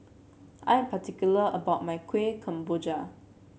I am particular about my Kuih Kemboja